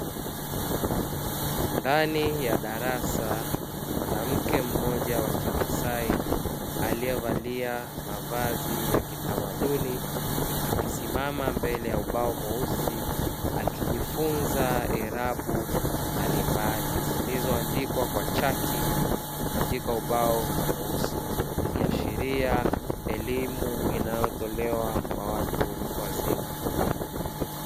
Ndani ya darasa, mwanamke mmoja wa Kimasai aliyevalia mavazi ya kitamaduni amesimama mbele ya ubao mweusi akijifunza irabu mbalimbali zilizondikwa kwa chaki katika ubao mweusi, ikishiria elimu inayotolewa kwa watu wazima.